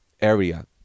area